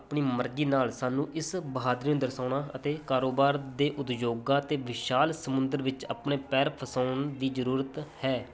ਆਪਣੀ ਮਰਜ਼ੀ ਨਾਲ ਸਾਨੂੰ ਇਸ ਬਹਾਦਰੀ ਨੂੰ ਦਰਸਾਉਣਾ ਅਤੇ ਕਾਰੋਬਾਰ ਦੇ ਉਦਯੋਗਾਂ ਅਤੇ ਵਿਸ਼ਾਲ ਸਮੁੰਦਰ ਵਿੱਚ ਆਪਣੇ ਪੈਰ ਫਸਾਉਣ ਦੀ ਜ਼ਰੂਰਤ ਹੈ